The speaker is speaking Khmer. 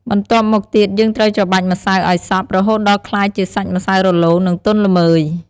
បន្ទាប់មកទៀត យើងត្រូវច្របាច់ម្សៅឲ្យសព្វ រហូតដល់ក្លាយជាសាច់ម្សៅរលោង និងទន់ល្មើយ។